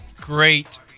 great